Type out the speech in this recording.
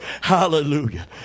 hallelujah